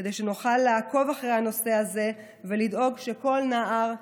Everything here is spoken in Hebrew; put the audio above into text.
כדי שנוכל לעקוב אחרי הנושא הזה ולדאוג שכל נער,